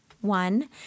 one